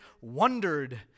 wondered